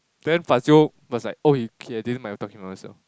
then Faizul was like okay never mind I'm talking about myself